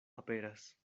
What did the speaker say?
aperas